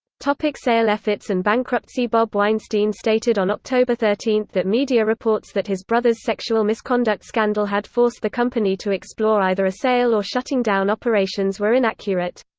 like sale efforts and bankruptcy bob weinstein stated on october thirteen that media reports that his brother's sexual misconduct scandal had forced the company to explore either a sale or shutting down operations were inaccurate.